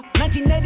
1980